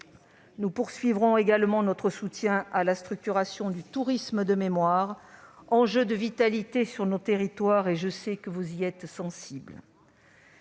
Nous poursuivrons également notre soutien à la structuration du tourisme de mémoire, enjeu de vitalité sur nos territoires- je sais que vous y êtes sensibles.